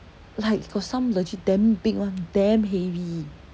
like got some legit damn big [one] damn heavy